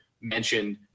mentioned